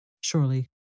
Surely